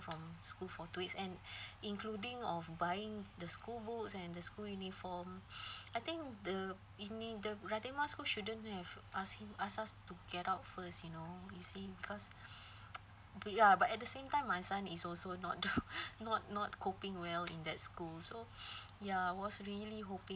from school for two weeks and including of buying the school books and the school uniform I think the the radin mas school shouldn't have ask him ask us to get out first you know you see because ya but at the same time my son is also not to not not coping well in that school so ya I was really hoping